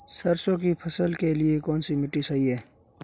सरसों की फसल के लिए कौनसी मिट्टी सही हैं?